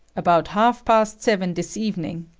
about half past seven this evening,